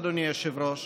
אדוני היושב-ראש,